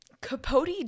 Capote